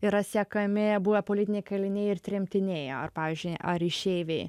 yra sekami buvę politiniai kaliniai ir tremtiniai ar pavyzdžiui ar išeiviai